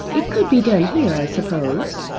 it could be done here, i suppose?